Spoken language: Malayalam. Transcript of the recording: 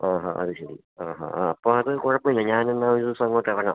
ഓ ഹാ അതുശരി ആഹാ ആ അപ്പോൾ അത് കുഴപ്പം ഇല്ല ഞാനെന്നാൽ ഒരു ദിവസം അങ്ങോട്ടിറങ്ങാം